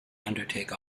undertake